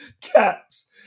Caps